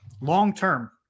long-term